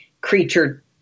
creature